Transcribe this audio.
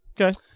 Okay